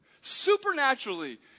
supernaturally